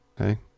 Okay